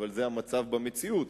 אבל זה המצב במציאות,